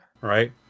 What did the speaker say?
Right